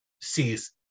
sees